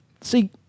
see